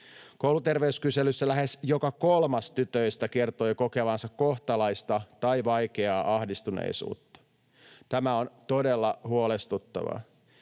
Kouluterveyskyselyssä lähes joka kolmas tytöistä kertoi kokevansa kohtalaista tai vaikeaa ahdistuneisuutta. Tämä on todella huolestuttavaa.